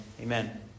Amen